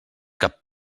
cap